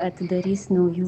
atidarys naujų